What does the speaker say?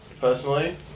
personally